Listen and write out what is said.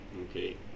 Okay